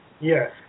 Yes